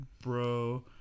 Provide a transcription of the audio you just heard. bro